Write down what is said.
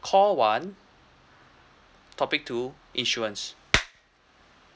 call one topic two insurance